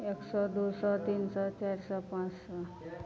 एक सए दू सए तीन सए चारि सए पाँच सए